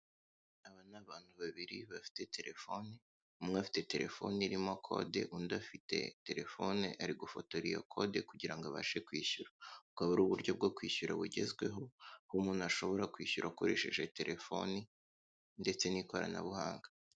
Aba ni abantu babiri bafite telefoni. Umwe afite telefoni irimo kode, undi afite telefoni ari gufotora iyo kode kugira ngo abashe kwishyura. Ubwo akaba ari uburyo bwo kwishyura bugezweho, aho umuntu ashobora kwishyura akoresheje telefoni ndetse n'ikoranabuhanga.